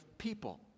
people